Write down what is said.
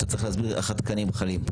אתה צריך להסביר איך התקנים חלים.